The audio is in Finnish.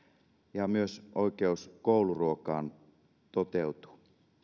ja myös oikeus kouluruokaan toteutuu